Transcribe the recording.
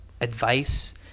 advice